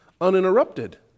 uninterrupted